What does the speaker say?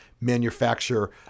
manufacture